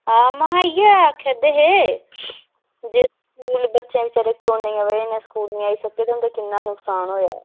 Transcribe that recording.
में हां इयै आक्खा दे हे की जेह्ड़े बच्चे कोरोना दी बजह कन्नै स्कूल निं आई सकै उंदा किन्ना नुकसान होया